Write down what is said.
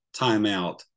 timeout